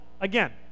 again